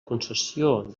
concessió